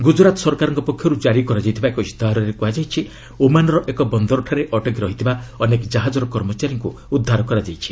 ଗୁଜରାତ୍ ସରକାରଙ୍କ ପକ୍ଷରୁ ଜାରି କରାଯାଇଥିବା ଏକ ଇସ୍ତାହାରରେ କୁହାଯାଇଛି ଓମାନ୍ର ଏକ ବନ୍ଦରଠାରେ ଅଟକି ରହିଥିବା ଅନେକ ଜାହାଜର କର୍ମଚାରୀମାନଙ୍କୁ ଉଦ୍ଧାର କରାଯାଇଛି